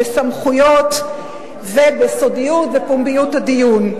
בסמכויות ובסודיות ובפומביות הדיון.